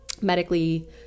Medically